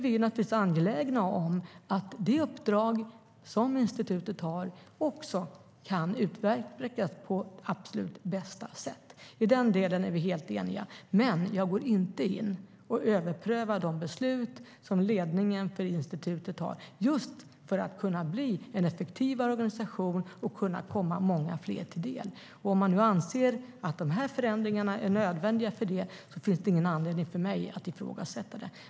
Vi är naturligtvis angelägna om att det uppdrag som institutet har också kan utvecklas på absolut bästa sätt. I den delen är vi helt eniga. Men jag går inte in och överprövar de beslut som ledningen för institutet har fattat just för att kunna bli en effektivare organisation och kunna komma många fler till del. Om man nu anser att de här förändringarna är nödvändiga finns det ingen anledning för mig att ifrågasätta det.